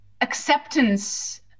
acceptance